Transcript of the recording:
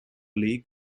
leak